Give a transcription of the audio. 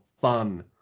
fun